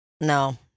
No